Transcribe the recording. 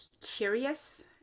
curious